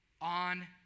on